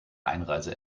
einreise